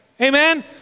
Amen